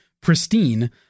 pristine